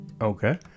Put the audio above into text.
okay